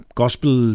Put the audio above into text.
gospel